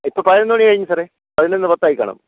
ഇപ്പോൾ പതിനൊന്ന് മണി കഴിഞ്ഞ് സാറേ പതിനൊന്ന് പത്തായി കാണും